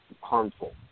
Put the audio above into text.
harmful